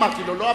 אמרתי לו.